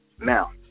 Now